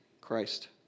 Christ